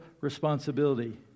responsibility